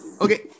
Okay